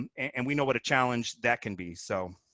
and and we know what a challenge that can be, so.